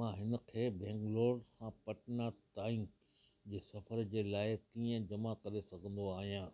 मूंखे बैंगलोर खां पटना ताईं जे सफ़र जे लाइ कींअ जमा करे सघंदो आहियां